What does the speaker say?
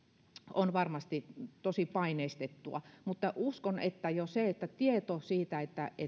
on varmasti tosi paineistettua uskon että jo tieto siitä